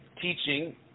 teaching